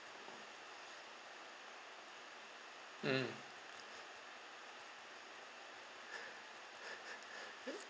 mm